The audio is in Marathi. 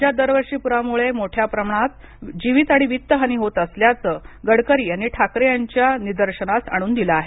राज्यात दरवर्षी पुरामुळं मोठ्या प्रमाणावर जीवित आणि वित्त हानी होत असल्याचं गडकरी यांनी ठाकरे यांच्या निदर्शनास आणून दिलं आहे